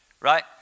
right